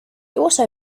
also